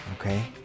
Okay